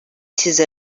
size